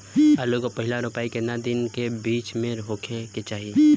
आलू क पहिला रोपाई केतना दिन के बिच में होखे के चाही?